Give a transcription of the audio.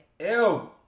Ew